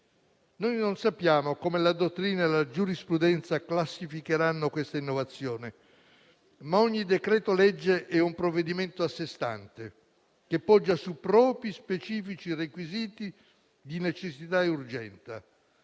Non sappiamo come la dottrina e la giurisprudenza classificheranno questa innovazione, ma ogni decreto-legge è un provvedimento a sé stante, che poggia su propri specifici requisiti di necessità e urgenza.